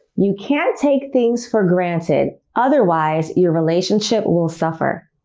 you can't take things for granted, otherwise your relationship will suffer